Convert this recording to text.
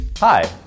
Hi